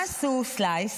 מה עשו Slice?